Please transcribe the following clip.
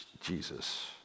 Jesus